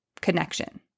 connection